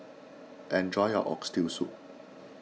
enjoy your Oxtail Soup